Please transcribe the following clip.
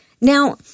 Now